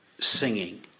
singing